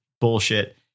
bullshit